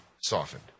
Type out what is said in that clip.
softened